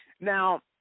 Now